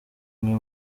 umwe